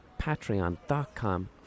patreon.com